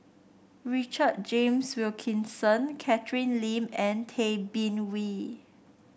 Richard James Wilkinson Catherine Lim and Tay Bin Wee